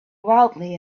wildly